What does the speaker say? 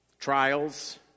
Trials